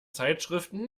zeitschriften